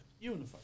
Unified